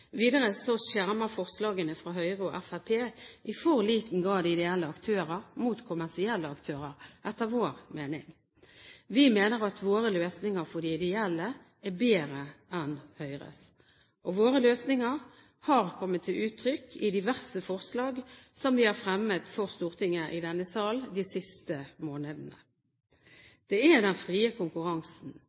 Videre skjermer etter vår mening forslagene fra Høyre og Fremskrittspartiet i for liten grad ideelle aktører mot kommersielle aktører. Vi mener at våre løsninger for de ideelle er bedre enn Høyres. Våre løsninger har kommet til uttrykk i diverse forslag som vi har fremmet for Stortinget i denne sal de siste månedene. Det er den frie konkurransen,